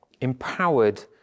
empowered